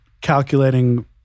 calculating